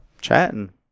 Chatting